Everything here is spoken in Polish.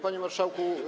Panie Marszałku!